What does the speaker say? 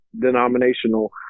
denominational